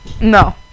No